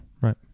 Right